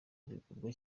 bigurwa